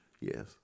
Yes